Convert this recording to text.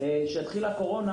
כשהתחילה הקורונה,